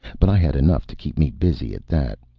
but i had enough to keep me busy at that.